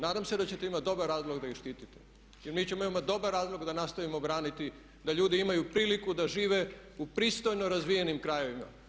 Nadam se da ćete imati dobar razlog da ih štitite je mi ćemo imati dobar razlog da nastavimo braniti, da ljudi imaju priliku da žive u pristojno razvijenim krajevima.